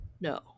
No